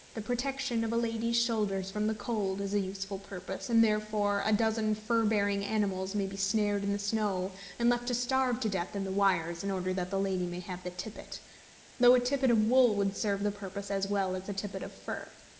the protection of a lady's shoulders from the cold is a useful purpose and therefore a dozen fur-bearing animals may be snared in the snow and left to starve to death in the wires, in order that the lady may have the tippet though a tippet of wool would serve the purpose as well as a tippet of fur.